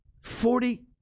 Forty